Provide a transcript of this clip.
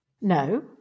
no